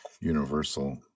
universal